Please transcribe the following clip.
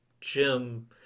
Jim